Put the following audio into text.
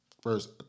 First